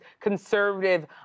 conservative